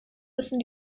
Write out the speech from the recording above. müssen